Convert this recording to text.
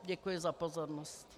Děkuji za pozornost.